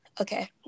Okay